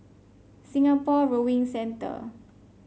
Singapore Rowing Center